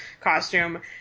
costume